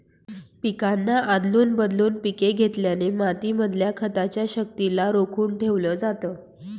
पिकांना आदलून बदलून पिक घेतल्याने माती मधल्या खताच्या शक्तिला रोखून ठेवलं जातं